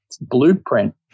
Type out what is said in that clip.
blueprint